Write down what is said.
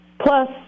Plus